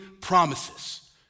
promises